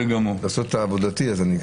לעשות את עבודתי.